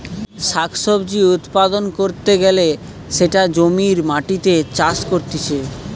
শাক সবজি উৎপাদন ক্যরতে গ্যালে সেটা জমির মাটিতে চাষ করতিছে